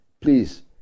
Please